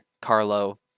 Carlo